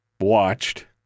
watched